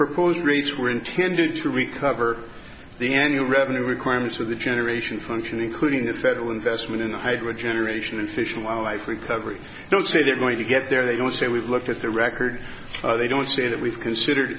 proposed rates were intended to recover the any revenue requirements for the generation function including the federal investment in the head with generation and fish and wildlife recovery so say they're going to get there they don't say we've looked at the record they don't say that we've considered